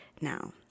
Now